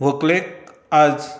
व्हंकलेक आज